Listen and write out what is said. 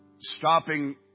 stopping